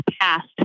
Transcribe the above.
passed